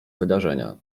wydarzenia